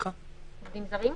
עובדים זרים?